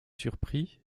surpris